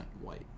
White